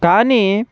కానీ